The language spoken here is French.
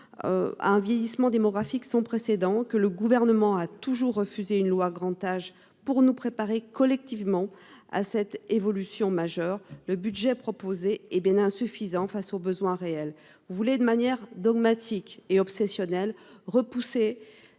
à un vieillissement démographique sans précédent, alors que le Gouvernement refuse une loi Grand Âge afin de nous préparer collectivement à cette évolution majeure, le budget proposé est insuffisant face aux besoins réels. Vous voulez, de manière dogmatique et obsessionnelle, repousser